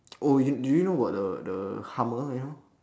oh you do you know about the the hummer ya